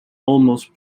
almost